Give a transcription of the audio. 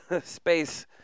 space